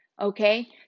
Okay